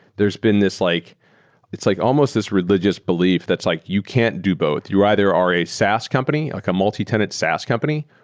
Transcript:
there's been this like it's like almost this religious belief that's like you can't do both. you either are a saas company, like a multitenant saas company,